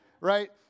Right